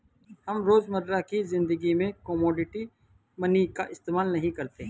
हम रोजमर्रा की ज़िंदगी में कोमोडिटी मनी का इस्तेमाल नहीं करते